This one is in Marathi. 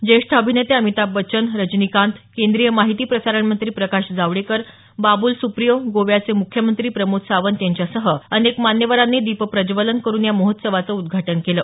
ज्येष्ठ अभिनेते अमिताभ बच्चन रजनीकांत केंद्रीय महिती प्रसारण मंत्री प्रकाश जावडेकर बाबुल सुप्रियो गोव्याचे मुख्यमंत्री प्रमोद सावंत यांच्यासह अनेक मान्यवरांनी दीपप्रज्वलन करून या महोत्सवाचं उद्घाटन केलं